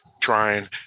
trying